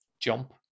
jump